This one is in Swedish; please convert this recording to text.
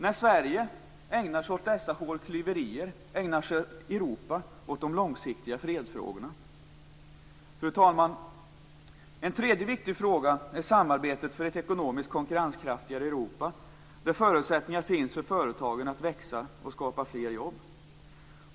När Sverige ägnar sig åt dessa hårklyverier ägnar sig Europa åt de långsiktiga fredsfrågorna. Fru talman! En annan viktig fråga är samarbetet för ett ekonomiskt konkurrenskraftigare Europa där förutsättningar finns för företagen att växa och skapa fler jobb.